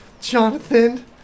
Jonathan